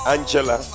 Angela